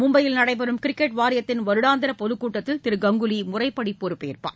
மும்பையில் நடைபெறும் கிரிக்கெட் வாரியத்தின் வருடாந்திர பொதுக்கூட்டத்தில் திரு கங்குலி முறைப்படி பொறுப்பேற்க உள்ளார்